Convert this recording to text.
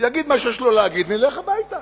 יגיד מה שיש לו להגיד ונלך הביתה,